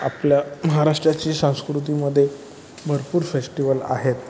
आपलं महाराष्ट्राची संस्कृतीमध्ये भरपूर फेष्टिवल आहेत